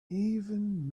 even